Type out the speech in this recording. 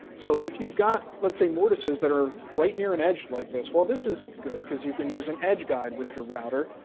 so if you've got, let's say mortises that are right near an edge like this, well this is good because you can use an edge guide with your router.